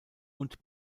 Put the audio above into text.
und